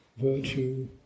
virtue